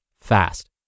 fast